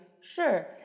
Sure